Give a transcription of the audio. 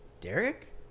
Derek